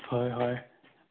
হয় হয়